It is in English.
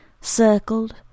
circled